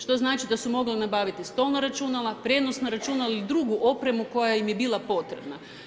Što znači da su mogli nabaviti stolna računala, prijenosna računala ili drugu opremu koja im je bila potrebna.